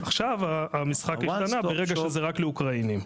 עכשיו, המשחק השתנה ברגע שזה רק לאוקראינים.